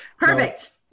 Perfect